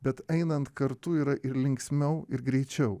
bet einant kartu yra ir linksmiau ir greičiau